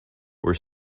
were